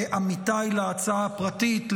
לעמיתיי להצעה הפרטית,